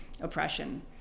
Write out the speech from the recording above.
oppression